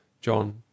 John